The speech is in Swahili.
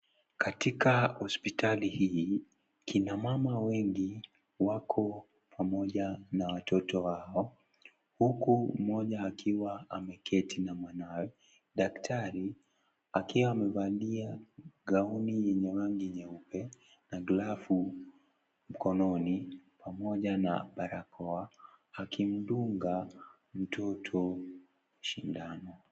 Katika hosipitali hii, kina mama wengi, wako pamoja na watoto wao. Huku mmoja akiwa ameketi na mwanawe. Daktari akiwa amevalia gauni yenye rangi nyeupe na glavu mkononi, pamoja na balakoa, akimdunga mtoto sindano.